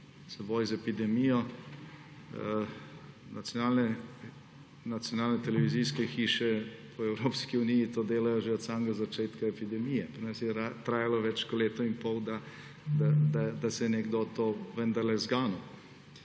za boj z epidemijo. Nacionalne televizijske hiše v Evropski uniji to delajo že od samega začetka epidemije. Pri nas je trajalo več kot leto in pol, da se je nekdo vendarle zganil.